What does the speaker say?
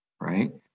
right